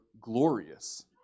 Glorious